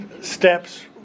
steps